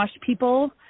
people